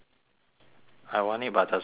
I want it but doesn't mean I'll get it